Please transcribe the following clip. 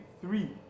three